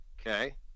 Okay